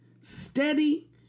steady